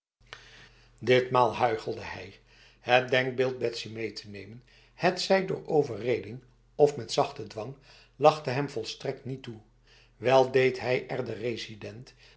ditmaal huichelde hij het denkbeeld betsy mee te nemen hetzij door overreding of met zachte dwang lachte hem volstrekt niet toe wel deed hij er de resident